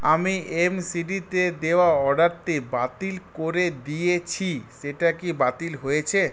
আমি এমসিডিতে দেওয়া অর্ডারটি বাতিল করে দিয়েছি সেটা কি বাতিল হয়েছে